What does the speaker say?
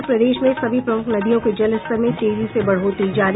और प्रदेश में सभी प्रमुख नदियों के जलस्तर में तेजी से बढ़ोतरी जारी